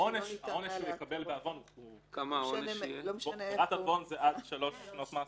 העונש שהוא יקבל בעוון זה עד שלוש שנות מאסר.